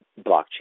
blockchain